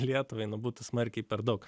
lietuvai būtų smarkiai per daug